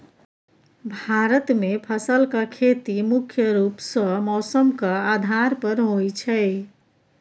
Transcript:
भारत मे फसलक खेती मुख्य रूप सँ मौसमक आधार पर होइ छै